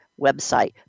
website